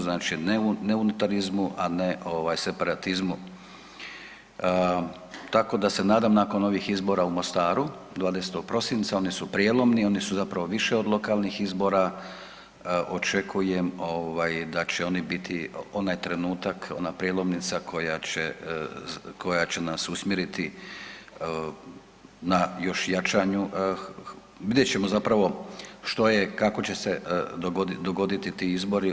Znači ne unitarizmu, a ne separatizmu tako da se nadam nakon ovih izbora u Mostaru 20. prosinca oni su prijelomni, oni su zapravo više od lokalnih izbora, očekujem da će oni biti onaj trenutak, ona prijelomnica koja će nas usmjeriti na još jačanju gdje ćemo zapravo što je, kako će se dogoditi ti izbori.